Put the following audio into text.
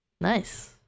Nice